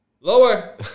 Lower